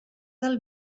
del